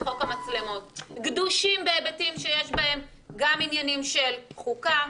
חוק המצלמות גדושים בהיבטים שיש בהם גם עניינים של חוקה,